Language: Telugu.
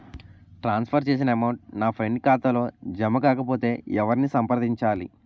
ట్రాన్స్ ఫర్ చేసిన అమౌంట్ నా ఫ్రెండ్ ఖాతాలో జమ కాకపొతే ఎవరిని సంప్రదించాలి?